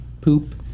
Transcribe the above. poop